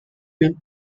built